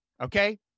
okay